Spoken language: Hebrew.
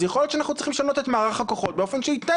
אז יכול להיות שאנחנו צריכים לשנות את מערך הכוחות באופן שייתן